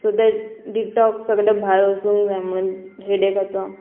so ते detox सगलें भायर वचूंक जाय म्हणून हेडेकाचो